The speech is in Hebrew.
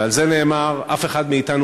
ועל זה נאמר: אף אחד מאתנו,